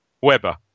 Weber